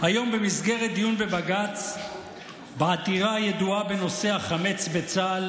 היום במסגרת דיון בבג"ץ בעתירה הידועה בנושא החמץ בצה"ל,